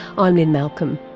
ah lynne malcolm,